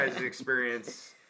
experience